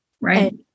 Right